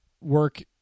Work